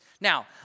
Now